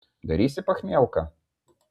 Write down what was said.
darysi pachmielką